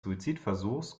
suizidversuches